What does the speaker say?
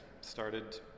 started